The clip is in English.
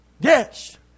yes